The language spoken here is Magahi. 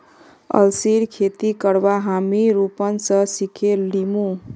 अलसीर खेती करवा हामी रूपन स सिखे लीमु